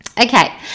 Okay